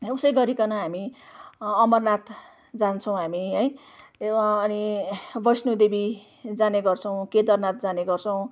उसै गरिकन हामी अमरनाथ जान्छौँ हामी है यो अनि वैष्णो देवी जाने गर्छौँ केदारनाथ जाने गर्छौँ